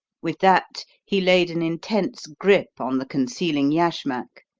with that he laid an intense grip on the concealing yashmak,